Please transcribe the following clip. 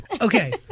Okay